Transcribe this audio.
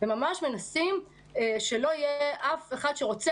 וממש מנסים שלא יהיה אף אחד שרוצה